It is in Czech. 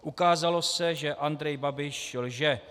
Ukázalo se, že Andrej Babiš lže.